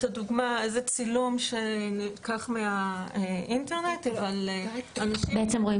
זה צילום שנלקח מהאינטרנט אבל --- בעצם רואים